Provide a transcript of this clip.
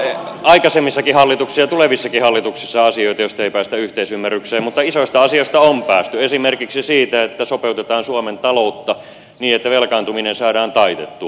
on aikaisemmissakin hallituksissa ja tulevissakin hallituksissa asioita joista ei päästä yhteisymmärrykseen mutta isoista asioista on päästy esimerkiksi siitä että sopeutetaan suomen taloutta niin että velkaantuminen saadaan taitettua